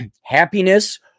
happiness